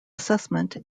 assessment